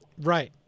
Right